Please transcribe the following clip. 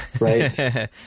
Right